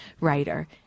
writer